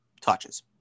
touches